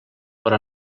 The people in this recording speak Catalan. però